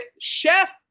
chef